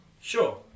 Sure